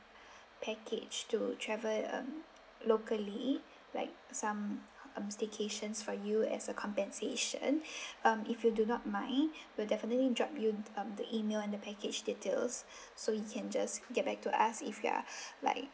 package to travel uh locally like some um staycations for you as a compensation um if you do not mind we'll definitely drop you um the email and the package details so you can just get back to us if you are like